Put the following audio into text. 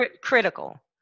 Critical